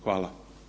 Hvala.